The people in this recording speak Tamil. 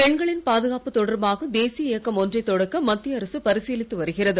பெண்களின் பாதுகாப்பு தொடர்பாக தேசிய இயக்கம் ஒன்றைத் தொடக்க மத்திய அரசு பரிசீலித்து வருகிறது